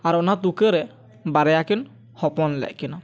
ᱟᱨ ᱚᱱᱟ ᱛᱩᱠᱟᱹ ᱨᱮ ᱵᱟᱨᱭᱟ ᱠᱤᱱ ᱦᱚᱯᱚᱱ ᱞᱮᱫ ᱠᱤᱱᱟᱹ